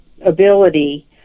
ability